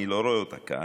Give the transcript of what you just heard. אני לא רואה אותה כאן,